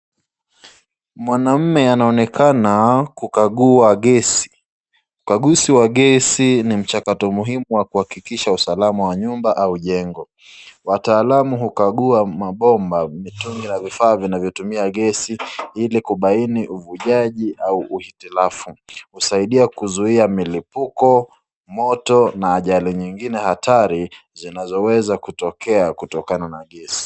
Mwanaume anaonekana kukagua gesi. Ukaguzi wa gesi ni mchakato muhimu wa kuhakikisha usalama wa nyumba au jengo. Wataalamu hukagua mabomba, mitungi na vifaa vinavyotumia gesi ili kubaini uvujaji au uhitilafu. Husaidia kuzuia milipuko, moto na ajali nyingine hatari zinazoweza kutokea kutokana na gesi.